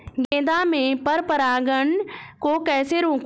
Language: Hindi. गेंदा में पर परागन को कैसे रोकुं?